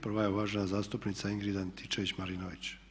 Prva je uvažena zastupnica Ingrid Antičević Marinović.